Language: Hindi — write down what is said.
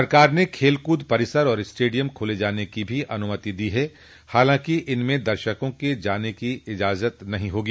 सरकार ने खेल कूद परिसर और स्टेडियम खोले जाने की भी अनुमति दी है हालांकि इनमें दर्शकों के जाने की इजाजत नहीं होगी